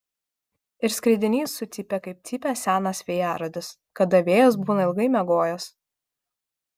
ir skridinys sucypė kaip cypia senas vėjarodis kada vėjas būna ilgai miegojęs